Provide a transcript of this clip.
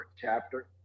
chapter